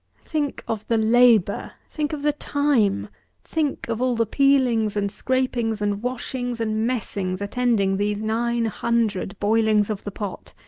think of the labour think of the time think of all the peelings and scrapings and washings and messings attending these nine hundred boilings of the pot!